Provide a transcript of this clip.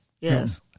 yes